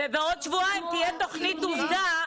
ובעוד שבועיים תהיה תכנית עובדה,